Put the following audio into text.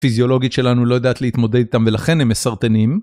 פיזיולוגית שלנו לא יודעת להתמודד איתם ולכן הם מסרטנים.